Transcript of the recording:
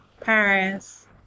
Paris